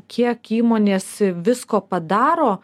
kiek įmonės visko padaro